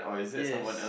yes